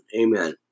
Amen